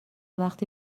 وقتی